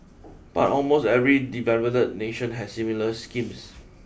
but almost every developed nation has similar schemes